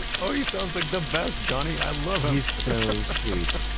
ah oh he sounds like the best, johnny. i love him! he's so sweet.